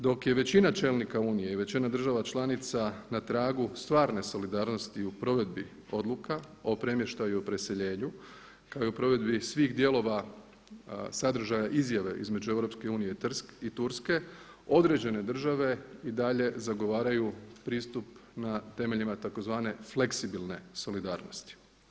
Dok je većina čelnika unije i većina država članica na tragu stvarne solidarnosti u provedbi odluka o premještaju i preseljenju kao i provedbi svih dijelova sadržaja izjave između EU i Turske određene države i dalje zagovaraju pristup na temeljima tzv. fleksibilne solidarnosti.